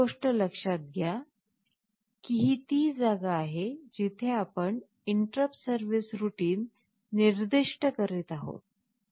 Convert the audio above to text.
पहिली गोष्ट लक्षात घ्या की ही ती जागा आहे जिथे आपण इंटरप्ट सर्व्हिस रूटीन निर्दिष्ट करीत आहोत